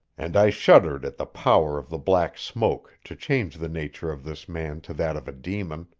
and i shuddered at the power of the black smoke to change the nature of this man to that of a demon.